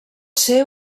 ser